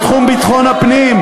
בתחום ביטחון הפנים,